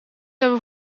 hebben